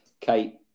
Kate